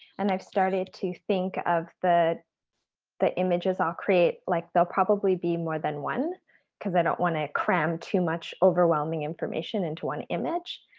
and i've started to think of the the images i'll create. like they'll probably be more than one cause i don't wanna cram too much overwhelming information into one image.